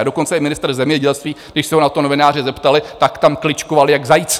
Dokonce i ministr zemědělství, když se ho na to novináři zeptali, tak tam kličkoval jak zajíc!